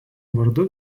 vardu